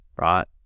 right